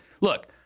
look